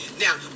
now